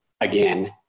again